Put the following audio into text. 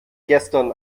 gestern